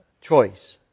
choice